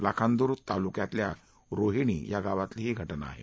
लाखांदूर तालुक्यातल्या रोहिणी या गावातली ही घटना आहे